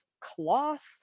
cloth